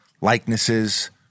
likenesses